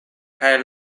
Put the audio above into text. kaj